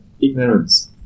ignorance